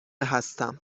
هستم